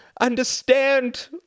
understand